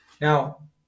Now